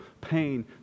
pain